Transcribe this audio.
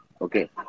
okay